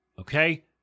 Okay